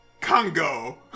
Congo